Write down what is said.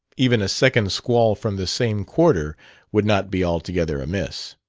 even a second squall from the same quarter would not be altogether amiss.